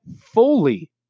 fully